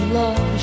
love